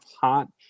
hot